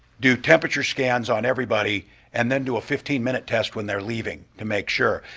do temperature scans on everybody and then do a fifteen minute test when they're leaving to make sure.